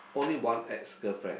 only one ex girlfriend